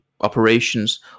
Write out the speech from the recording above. operations